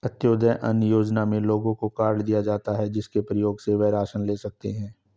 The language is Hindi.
अंत्योदय अन्न योजना में लोगों को कार्ड दिए जाता है, जिसके प्रयोग से वह राशन ले सकते है